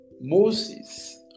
Moses